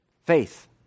faith